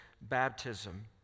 baptism